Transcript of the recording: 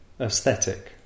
aesthetic